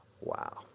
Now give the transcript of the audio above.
Wow